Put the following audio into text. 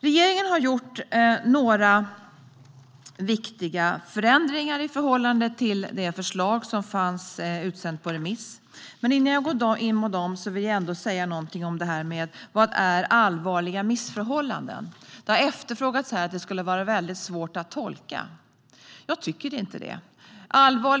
Regeringen har gjort några viktiga förändringar i förhållande till det förslag som var utsänt på remiss, men innan jag går in på dem vill jag säga någonting om vad "allvarliga missförhållanden" är. Det har sagts här att det skulle vara svårt att tolka. Jag tycker inte det.